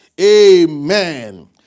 Amen